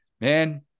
man